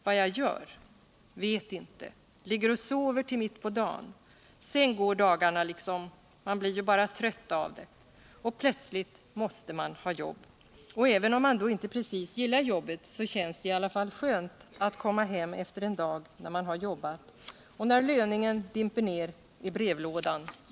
Vad jag gör? Vet inte. Ligger och sover till mitt på dan. Sen går dagarna liksom. Men man blir ju bara trött av det, och plötsligt måste man ha jobb. Och även om man då inte precis gillar jobbet så känns det i alla fall skönt att komma hem efter en dag. när man har jobbat. Och när löningen dimper ner i brevlådan.